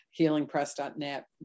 healingpress.net